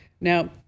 Now